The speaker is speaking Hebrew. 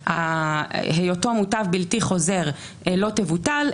או היותו מוטב בלתי חוזר לא יבוטל,